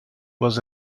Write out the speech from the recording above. was